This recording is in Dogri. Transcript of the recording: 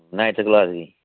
नाईंन्थ कलास दियां